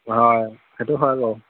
হয় সেইটো হয় বাৰু